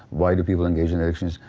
why do people engage in addictions?